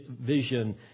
vision